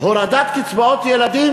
הורדת קצבאות ילדים,